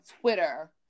twitter